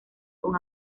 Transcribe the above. con